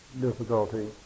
difficulty